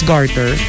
Garter